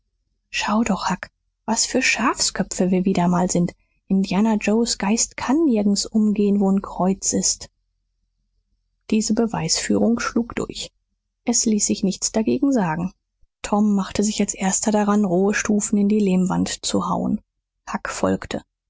schau doch huck was für schafsköpfe wir wieder mal sind indianer joes geist kann nirgends umgehn wo n kreuz ist diese beweisführung schlug durch es ließ sich nichts dagegen sagen tom machte sich als erster daran rohe stufen in die lehmwand zu hauen huck folgte